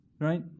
Right